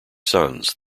sons